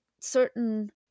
certain